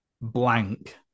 blank